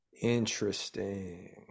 Interesting